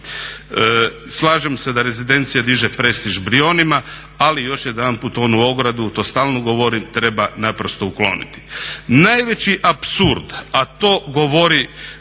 Slažem se da rezidencija diže prestiž Brijunima, ali još jedanput onu ogradu, to stalno govorim, treba naprosto ukloniti. Najveći apsurd, a to govori